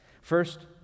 First